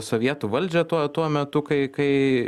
sovietų valdžią tuo tuo metu kai kai